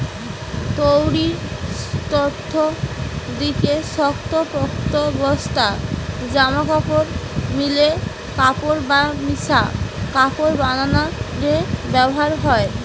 তৈরির তন্তু দিকি শক্তপোক্ত বস্তা, জামাকাপড়, মিলের কাপড় বা মিশা কাপড় বানানা রে ব্যবহার হয়